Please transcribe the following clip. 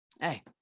Hey